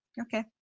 okay